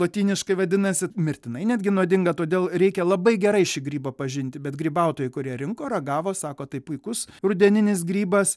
lotyniškai vadinasi mirtinai netgi nuodinga todėl reikia labai gerai šį grybą pažinti bet grybautojai kurie rinko ragavo sako tai puikus rudeninis grybas